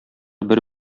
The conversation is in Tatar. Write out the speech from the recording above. бер